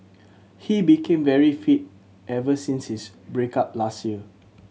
he became very fit ever since his break up last year